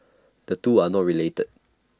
the two are not related